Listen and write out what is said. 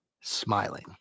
smiling